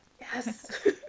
Yes